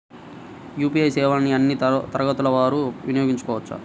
UPI సేవలని అన్నీ తరగతుల వారు వినయోగించుకోవచ్చా?